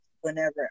whenever